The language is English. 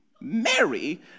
Mary